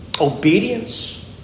obedience